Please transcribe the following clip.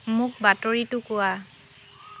মোক বাতৰিটো কোৱা